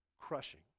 crushing